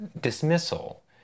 dismissal